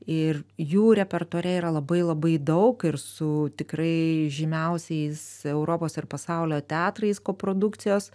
ir jų repertuare yra labai labai daug ir su tikrai žymiausiais europos ir pasaulio teatrais koprodukcijos